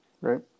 Right